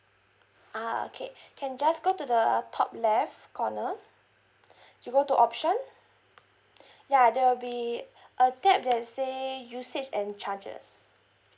uh okay can just go to the top left corner you go to option ya there will be a tab that say usage and charges